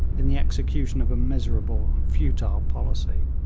in the execution of a miserable and futile policy,